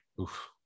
Oof